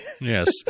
Yes